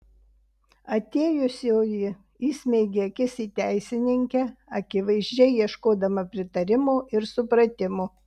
atėjusioji įsmeigė akis į teisininkę akivaizdžiai ieškodama pritarimo ir supratimo